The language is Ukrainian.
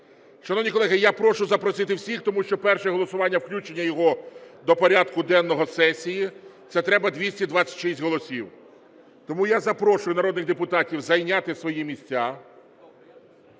Шановні колеги, я прошу запросити всіх, тому що перше голосування – включення його до порядку денного сесії, це треба 226 голосів. Тому я запрошую народних депутатів зайняти свої місця.